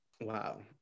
Wow